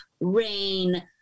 rain